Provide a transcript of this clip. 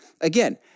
again